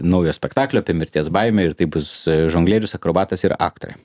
naujo spektaklio apie mirties baimę ir tai bus žonglierius akrobatas ir aktorė